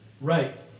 Right